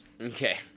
Okay